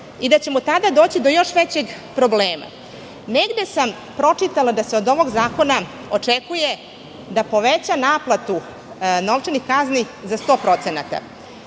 i da ćemo tada doći do još većeg problema. Negde sam pročitala da se od ovog zakona očekuje da poveća naplatu novčanih kazni za sto